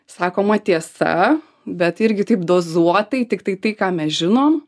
sakoma tiesa bet irgi taip dozuotai tiktai tai ką mes žinom